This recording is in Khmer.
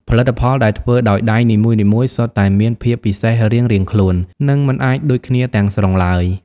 ផលិតផលដែលធ្វើដោយដៃនីមួយៗសុទ្ធតែមានភាពពិសេសរៀងៗខ្លួន និងមិនអាចដូចគ្នាទាំងស្រុងឡើយ។